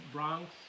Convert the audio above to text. Bronx